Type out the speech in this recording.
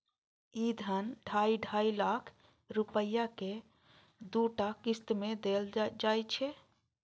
ई धन ढाइ ढाइ लाख रुपैया के दूटा किस्त मे देल जाइ छै